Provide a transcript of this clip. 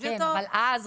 כן אבל אז,